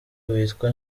witwa